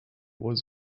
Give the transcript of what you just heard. was